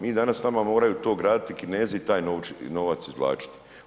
Mi danas nama moraju to graditi Kinezi i taj novac izvlačiti.